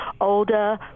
older